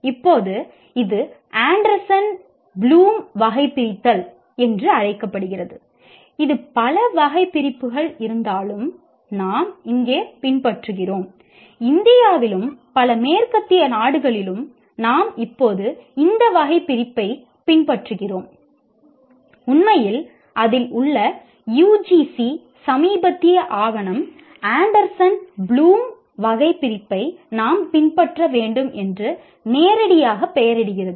இப்போது இது Anderson Bloom வகைபிரித்தல் நாம் பின்பற்ற வேண்டும் என்று நேரடியாக பெயரிடுகிறது